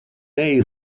may